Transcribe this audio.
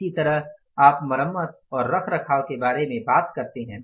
इसी तरह आप मरम्मत और रखरखाव के बारे में बात करते हैं